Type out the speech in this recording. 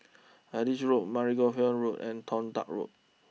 Adis Road Margoliouth Road and Toh Tuck Road